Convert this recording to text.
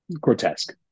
grotesque